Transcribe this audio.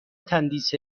تندیس